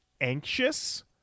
anxious